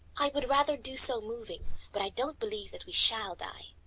i would rather do so moving but i don't believe that we shall die.